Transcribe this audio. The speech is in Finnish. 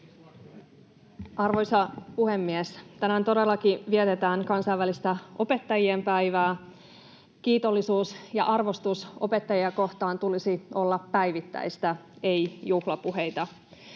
Arvoisa puhemies! Tänään todellakin vietetään kansainvälistä opettajien päivää. Kiitollisuuden ja arvostuksen opettajia kohtaan tulisi olla päivittäistä, ei juhlapuheita.